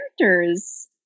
characters